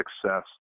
success